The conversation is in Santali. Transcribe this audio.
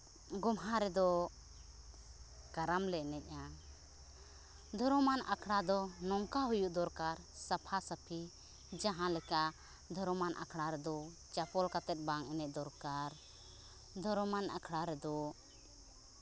ᱜᱳᱢᱦᱟ ᱨᱮᱫᱚ ᱠᱟᱨᱟᱢ ᱞᱮ ᱮᱱᱮᱡᱼᱟ ᱫᱷᱚᱨᱚᱢᱟᱱ ᱟᱠᱷᱲᱟ ᱫᱚ ᱱᱚᱝᱠᱟ ᱦᱩᱭᱩᱜ ᱫᱚᱨᱠᱟᱨ ᱥᱟᱯᱷᱟᱼᱥᱟᱹᱯᱷᱤ ᱡᱟᱦᱟᱸ ᱞᱮᱠᱟ ᱫᱷᱚᱨᱚᱢᱟᱱ ᱟᱠᱷᱲᱟ ᱨᱮᱫᱚ ᱪᱟᱯᱚᱞ ᱠᱟᱛᱮᱫ ᱵᱟᱝ ᱮᱱᱮᱡ ᱫᱚᱨᱠᱟᱨ ᱫᱷᱚᱨᱚᱢᱟᱱ ᱟᱠᱷᱲᱟ ᱨᱮᱫᱚ